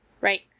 right